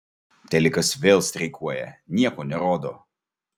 telikas vėl streikuoja nieko nerodo